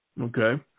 Okay